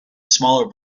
smaller